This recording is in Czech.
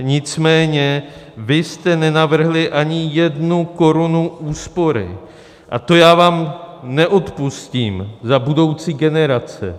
Nicméně vy jste nenavrhli ani jednu korunu úspory a to já vám neodpustím za budoucí generace.